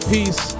Peace